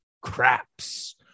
craps